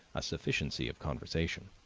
a sufficiency of conversation.